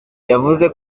yavuze